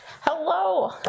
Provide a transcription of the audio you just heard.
Hello